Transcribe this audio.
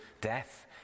death